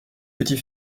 petit